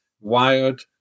wired